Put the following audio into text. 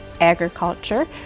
Agriculture